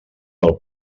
del